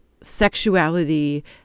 sexuality